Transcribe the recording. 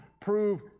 prove